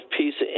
piece